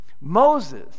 Moses